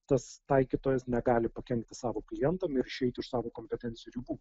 tas taikytojas negali pakenkti savo klientam ir išeiti iš savo kompetencijų ribų